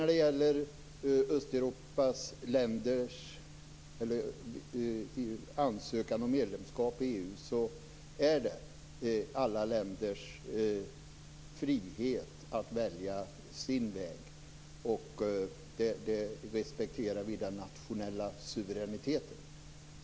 När det gäller de östeuropeiska ländernas ansökan om medlemskap i EU är det alla länders frihet att välja sin väg. Vi respekterar den nationella suveräniteten.